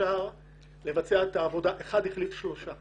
שאי-אפשר לבצע את העבודה מכיוון שאחד החליף שלושה.